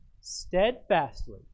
steadfastly